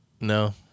no